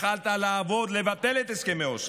יכולת לעבוד ולבטל את הסכמי אוסלו.